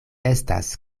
estas